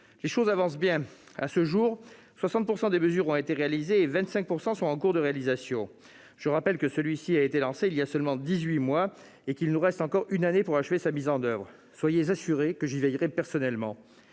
Les choses avancent bien : à ce jour, 60 % des mesures ont été réalisées et 25 % sont en cours de réalisation. L'agenda ayant été lancé il y a seulement dix-huit mois, il nous reste encore une année pour achever sa mise en oeuvre- soyez assurés que j'y veillerai personnellement